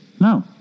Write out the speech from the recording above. No